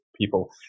people